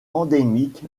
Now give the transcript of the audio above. endémique